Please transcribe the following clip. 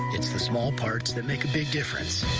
it's the small parts that make a big difference.